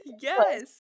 yes